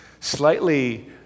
slightly